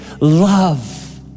love